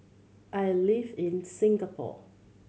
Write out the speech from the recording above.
I live in Singapore